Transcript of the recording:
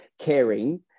caring